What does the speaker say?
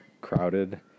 crowded